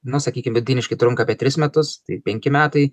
nu sakykim vidutiniškai trunka apie tris metus tai penki metai